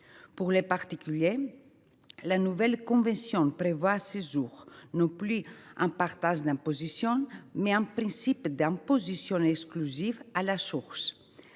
Pour les particuliers, la nouvelle convention prévoit, à ce jour, non plus un partage d’imposition, mais un principe d’imposition exclusive à la source.